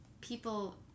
people